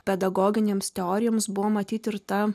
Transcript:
pedagoginėms teorijoms buvo matyti ir ta